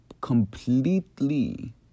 completely